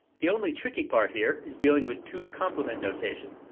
the only tricky part here is dealing with two's compliment notation,